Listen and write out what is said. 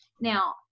Now